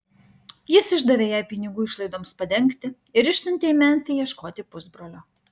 jis išdavė jai pinigų išlaidoms padengti ir išsiuntė į memfį ieškoti pusbrolio